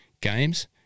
games